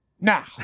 Now